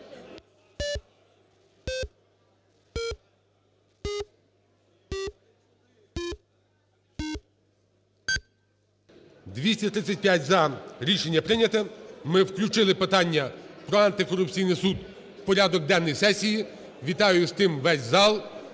За-235 Рішення прийнято. Ми включили питання про антикорупційний суд у порядок денний сесії. Вітаю з тим весь зал.